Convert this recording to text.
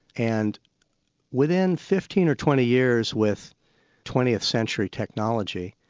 and within fifteen or twenty years, with twentieth century technology,